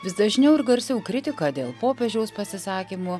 vis dažniau ir garsiau kritiką dėl popiežiaus pasisakymų